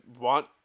want